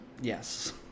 Yes